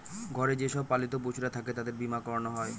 ঘরে যে সব পালিত পশুরা থাকে তাদের বীমা করানো হয়